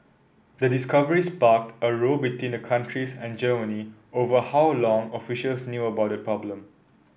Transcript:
the discovery sparked a row between the countries and Germany over how long officials knew about the problem